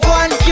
one